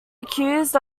accused